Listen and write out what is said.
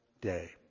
day